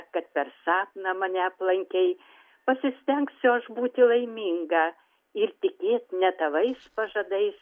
kad per sapną mane aplankei pasistengsiu aš būti laiminga ir tikėt ne tavais pažadais